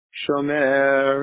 shomer